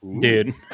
Dude